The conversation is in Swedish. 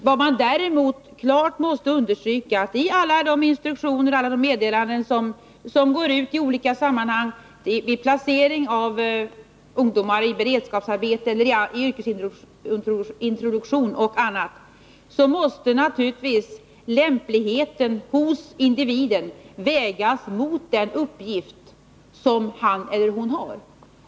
Vad man däremot klart måste understryka i alla de instruktioner och meddelanden som går ut är naturligtvis att vid placering av ungdomar i beredskapsarbete, yrkesintroduktion och annat måste lämpligheten hos individen vägas mot den uppgift som han eller hon har.